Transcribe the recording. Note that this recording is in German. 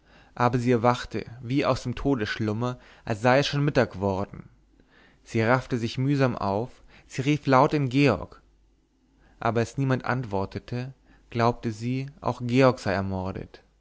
aber sie erwachte wie aus dem todesschlummer als es schon mittag geworden sie raffte sich mühsam auf sie rief laut den georg aber als niemand antwortete glaubte sie auch georg sei ermordet